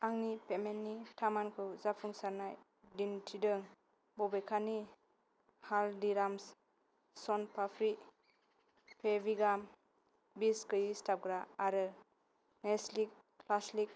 आंनि पेमेन्टनि थामानखौ जाफुंसारनाय दिन्थिदों बबेखानि हल्दीराम्स सोन पापड़ी फेविगाम बिसगोयि सिथाबग्रा आरो नेस्ले क्लासिक